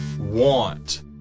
want